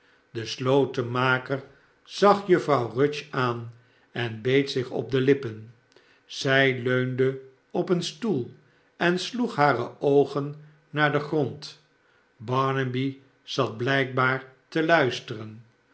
de slotenmaker zag juffrouw rudge aan en beet zich op de lippen zij leunde op een stoel en sloeg hare oogen naar den grond barnaby zat blijkbaar te luisteren